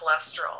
cholesterol